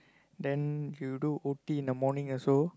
then you do O_T in the morning also